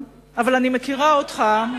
אבל אני מכירה אותך,